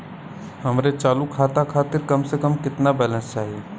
हमरे चालू खाता खातिर कम से कम केतना बैलैंस चाही?